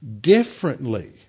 differently